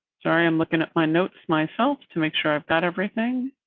sorry, i'm looking at my notes myself to make sure i've got everything.